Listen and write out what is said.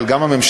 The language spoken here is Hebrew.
אבל גם הממשלה,